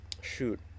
shoot